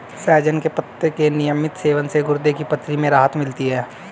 सहजन के पत्ते के नियमित सेवन से गुर्दे की पथरी में राहत मिलती है